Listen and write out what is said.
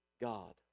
God